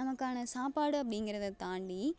நமக்கான சாப்பாடு அப்படிங்கறத தாண்டி